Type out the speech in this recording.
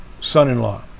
son-in-law